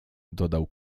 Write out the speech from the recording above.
dodał